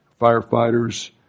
firefighters